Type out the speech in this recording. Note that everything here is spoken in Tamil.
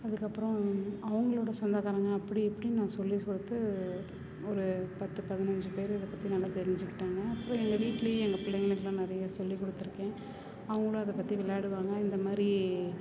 அதுக்கப்புறம் அவங்களோட சொந்தக்காரங்க அப்படி இப்படினு நான் சொல்லி சேர்த்து ஒரு பத்து பதினைஞ்சி பேர் இதை பற்றி நல்லா தெரிஞ்சுக்கிட்டாங்க இப்போ எங்கள் வீட்லேயும் எங்கள் பிள்ளைங்களுக்கெல்லாம் நிறையா சொல்லிக் கொடுத்துருக்கேன் அவங்களும் அதை பற்றி விளையாடுவாங்க இந்தமாதிரி